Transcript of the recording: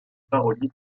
parolier